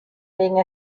being